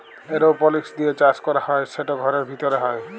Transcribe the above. এরওপলিক্স দিঁয়ে চাষ ক্যরা হ্যয় সেট ঘরের ভিতরে হ্যয়